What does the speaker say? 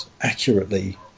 accurately